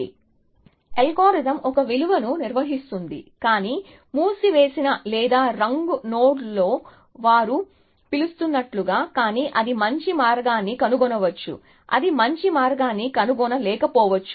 విద్యార్థి అల్గోరిథం ఒక విలువను నిర్వహిస్తుంది కానీ మూసివేసిన లేదా రంగు నోడ్లో వారు పిలుస్తున్నట్లుగా కానీ అది మంచి మార్గాన్ని కనుగొనవచ్చు అది మంచి మార్గాన్ని కనుగొనలేకపోవచ్చు